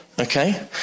Okay